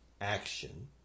action